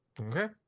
Okay